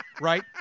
right